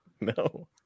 No